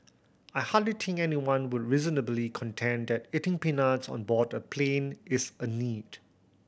I hardly think anyone would reasonably contend that eating peanuts on board a plane is a need